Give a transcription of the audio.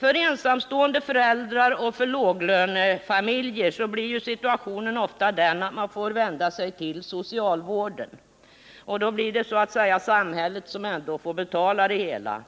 För ensamstående föräldrar och för låglönefamiljer blir ju situationen ofta den att man får vända sig till socialvården. Och då blir det ändå samhället som får betala det hela.